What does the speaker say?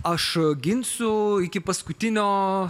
aš ginsiu iki paskutinio